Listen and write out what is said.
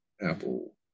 Apple